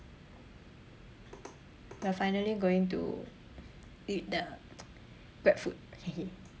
we're finally going to eat the grab food